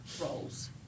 roles